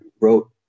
wrote